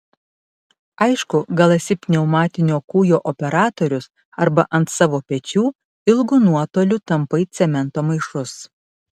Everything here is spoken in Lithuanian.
aišku gal esi pneumatinio kūjo operatorius arba ant savo pečių ilgu nuotoliu tampai cemento maišus